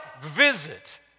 visit